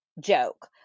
joke